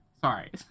Sorry